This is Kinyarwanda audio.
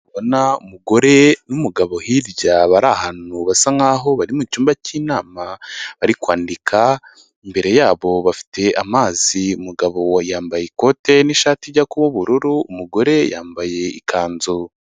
Ndi kubona umugore n'umugabo hirya bari ahantu basa nkaho bari mu cyumba cy'inama bari kwandika, imbere yabo bafite amazi. Umugabo yambaye ikote n'ishati ijya kuba ubururu, umugore yambaye ikanzu.